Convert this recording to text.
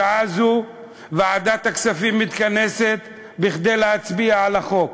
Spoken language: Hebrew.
בשעה זו ועדת הכספים מתכנסת כדי להצביע על החוק.